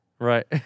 Right